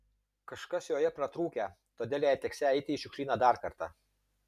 kažkas joje pratrūkę todėl jai teksią eiti į šiukšlyną dar kartą